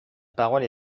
parole